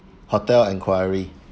hotel enquiry